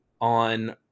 on